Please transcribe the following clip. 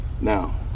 Now